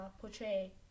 portray